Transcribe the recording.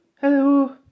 hello